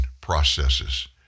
processes